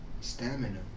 Stamina